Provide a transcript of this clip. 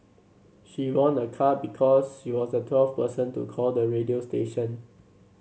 she won a car because she was the twelfth person to call the radio station